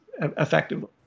effectively